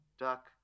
duck